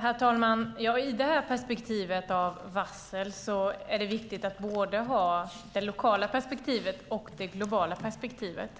Herr talman! När det gäller varsel är det viktigt att ha både det lokala och det globala perspektivet.